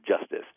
justice